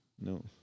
No